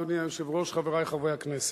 אדוני היושב-ראש, חברי חברי הכנסת,